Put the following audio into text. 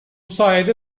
sayede